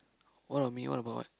what on me what about what